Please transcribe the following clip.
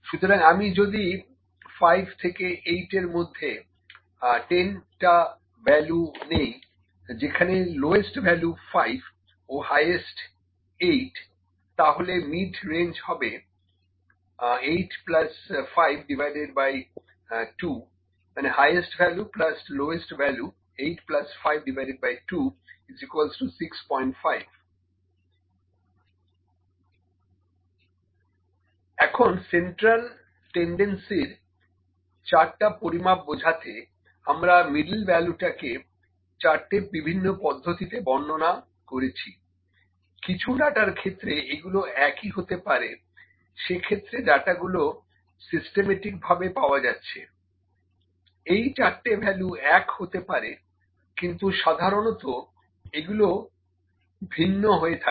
সুতরাং আমি যদি 5 থেকে 8 এর মধ্যে 10 টা ভ্যালু নিই যেখানে লোয়েস্ট ভ্যালু 5 ও হাইয়েস্ট 8 তাহলে মিড্ রেঞ্জ হবে মিডরেঞ্জ ¿ উচ্চতম ভ্যালু নিম্নতম ভ্যালু n 85 2 65 এখন সেন্টাল টেন্ডেন্সির 4 টা পরিমাপ বোঝাতে আমরা মিডল ভ্যালুটাকে 4 টা বিভিন্ন পদ্ধতিতে বর্ণনা করেছি কিছু ডাটার ক্ষেত্রে এগুলো একই হতে পারে সেক্ষেত্রে ডাটাগুলো সিস্টেমেটিক ভাবে পাওয়া যাচ্ছে এই 4 টা ভ্যালু এক হতে পারে কিন্তু সাধারণতঃ এগুলো ভিন্ন হয়ে থাকে